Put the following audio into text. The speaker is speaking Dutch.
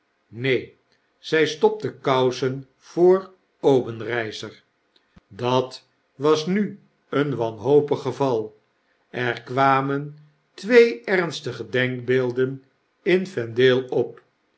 neen zy stopte kousen voor obenreizer dat was nu een wanhopig geval er kwamen twee ernstige denkbeelden in vendale op